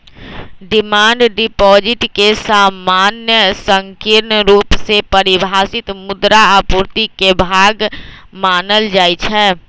demand deposit के सामान्य संकीर्ण रुप से परिभाषित मुद्रा आपूर्ति के भाग मानल जाइ छै